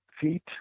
Feet